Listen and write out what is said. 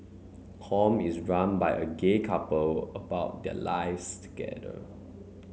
com is run by a gay couple about their lives together